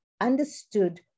understood